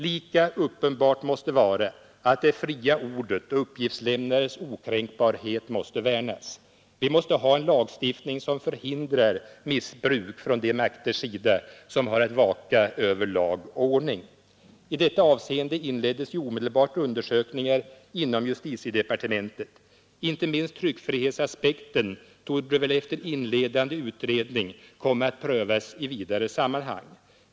Lika uppenbart måste vara att det fria ordet och uppgiftslämnares okränkbarhet måste värnas. Vi måste ha en lagstiftning som förhindrar missbruk från de makters sida som har att vaka över lag och ordning. I detta avseende inleddes ju omedelbart undersökningar inom justitiedepartementet. Inte minst tryckfrihetsaspekterna torde efter inledande utredning komma att prövas i ett vidare sammanhang.